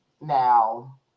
Now